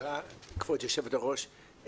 כבוד יושבת הראש,